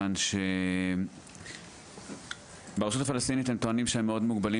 מכיוון שברשות הפלסטינית הם טוענים שהם מאוד מוגבלים